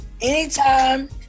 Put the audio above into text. anytime